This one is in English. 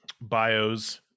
bios